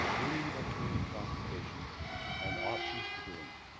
community by community consultation and options for doing it.